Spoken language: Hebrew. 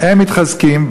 הם מתחזקים,